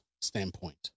standpoint